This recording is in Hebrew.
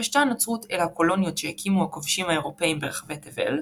התפשטה הנצרות אל הקולוניות שהקימו הכובשים האירופאים ברחבי תבל,